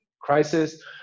crisis